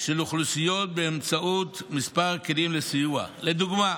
של אוכלוסיות באמצעות כמה כלים לסיוע, לדוגמה,